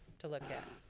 to look yeah